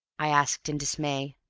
i asked in dismay.